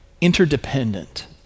interdependent